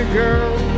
girl